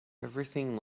everything